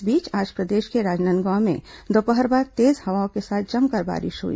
इस बीच आज प्रदेश के राजनांदगांव में दोपहर बाद तेज हवाओं के साथ जमकर बारिश हुई